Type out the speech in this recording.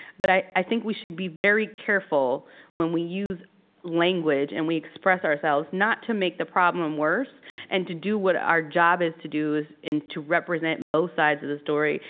but i i think we should be very careful when we use language and we express ourselves not to make the problem worse and to do what our job is to do, is to represent both sides of the story,